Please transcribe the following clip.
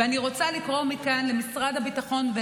ואני רוצה לקרוא מכאן למשרד הביטחון